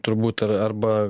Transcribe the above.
turbūt ar arba